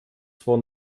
zwar